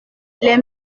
les